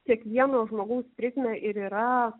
kiekvieno žmogaus prizmę ir yra